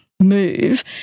move